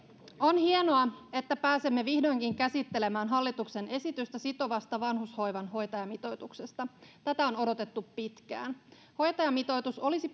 on hienoa että pääsemme vihdoinkin käsittelemään hallituksen esitystä sitovasta vanhushoivan hoitajamitoituksesta tätä on odotettu pitkään hoitajamitoitus olisi